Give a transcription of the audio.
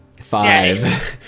Five